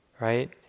right